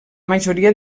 majoria